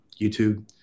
YouTube